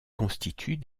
constituent